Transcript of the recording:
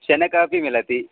शनकापि मिलति